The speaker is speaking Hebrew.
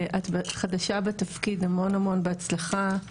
את חדשה בתפקיד, המון המון בהצלחה.